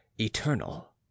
eternal